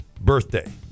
birthday